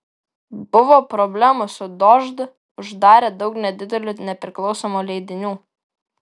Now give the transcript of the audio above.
buvo problemų su dožd uždarė daug nedidelių nepriklausomų leidinių